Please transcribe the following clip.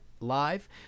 Live